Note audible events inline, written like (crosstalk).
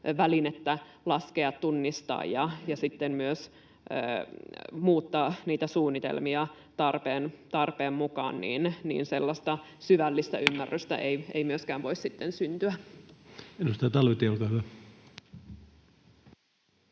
välinettä laskea, tunnistaa ja sitten myös muuttaa niitä suunnitelmia tarpeen mukaan, niin sellaista syvällistä ymmärrystä (noise) ei myöskään voi sitten syntyä. Edustaja Talvitie, olkaa hyvä.